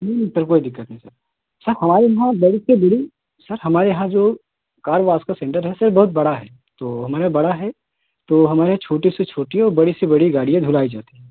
नहीं नहीं तब कोई दिक्कत नहीं सर सर हमारे यहाँ बड़ी से बड़ी सर हमारे यहाँ जो कार वाश का सेंटर है सो बहुत बड़ा है तो हमारे यहाँ बड़ा है तो हमारे यहाँ छोटे से छोटे और बड़ी से बड़ी गाड़ियाँ धुलाई जाती हैं